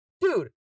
dude